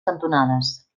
cantonades